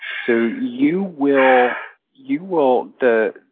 so you will you will the